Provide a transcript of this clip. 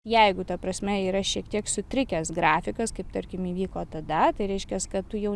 jeigu ta prasme yra šiek tiek sutrikęs grafikas kaip tarkim įvyko tada tai reiškias kad tu jau